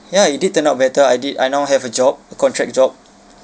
ya it did turn out better I did I now have a job a contract job